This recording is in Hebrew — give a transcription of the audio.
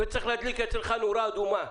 זה צריך להדליק אצלך נורה אדומה.